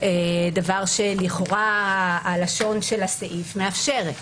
דבר שלכאורה לשון הסעיף מאפשרת?